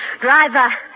Driver